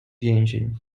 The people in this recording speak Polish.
więzień